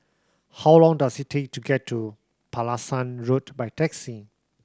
how long does it take to get to Pulasan Road by taxi